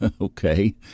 Okay